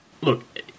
look